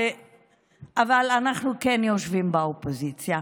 אבל אנחנו כן יושבים באופוזיציה.